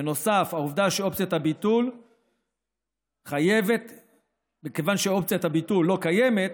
בנוסף, מכיוון שאופציית הביטול לא קיימת,